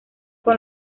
con